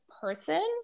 person